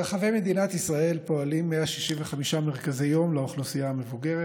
ברחבי מדינת ישראל פועלים 165 מרכזי יום לאוכלוסייה המבוגרת.